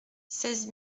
seize